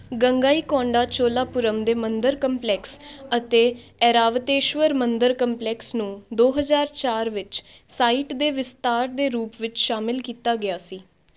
ਗੰਗਾਈਕੋਂਡਾ ਚੋਲਾਪੁਰਮ ਦੇ ਮੰਦਰ ਕੰਪਲੈਕਸ ਅਤੇ ਐਰਾਵਤੇਸ਼ਵਰ ਮੰਦਰ ਕੰਪਲੈਕਸ ਨੂੰ ਦੋ ਹਜ਼ਾਰ ਚਾਰ ਵਿੱਚ ਸਾਈਟ ਦੇ ਵਿਸਤਾਰ ਦੇ ਰੂਪ ਵਿੱਚ ਸ਼ਾਮਲ ਕੀਤਾ ਗਿਆ ਸੀ